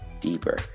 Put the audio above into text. deeper